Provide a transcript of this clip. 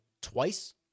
twice